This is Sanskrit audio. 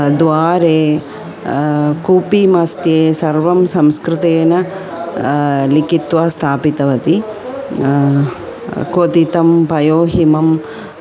द्वारे कूपमस्ति सर्वं संस्कृतेन लिखित्वा स्थापितवती क्वथितं पयोहिमं